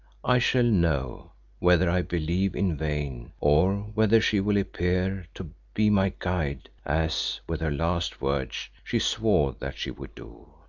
i shall know whether i believe in vain, or whether she will appear to be my guide as, with her last words, she swore that she would do.